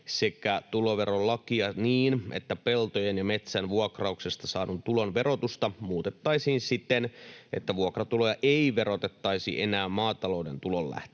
sekä tuloverolakia niin, että peltojen ja metsän vuokrauksesta saadun tulon verotusta muutettaisiin siten, että vuokratuloja ei verotettaisi enää maatalouden tulonlähteessä,